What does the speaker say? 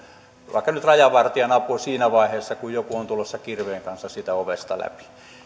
vaikka nyt rajavartijan apua siinä vaiheessa kun joku on tulossa kirveen kanssa siitä ovesta läpi